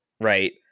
right